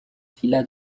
villa